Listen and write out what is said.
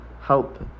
help